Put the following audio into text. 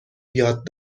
یاد